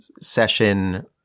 session